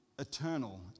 eternal